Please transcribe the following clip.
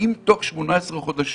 ואם תוך 18 חודשים